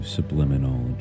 Subliminal